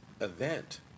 event